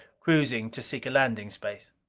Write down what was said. cruising to seek a landing space.